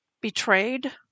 betrayed